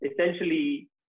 essentially